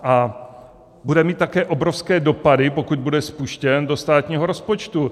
A bude mít také obrovské dopady, pokud bude spuštěn, do státního rozpočtu.